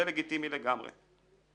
זה לגיטימי לגמרי.